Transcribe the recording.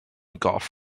gough